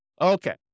Okay